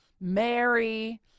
Mary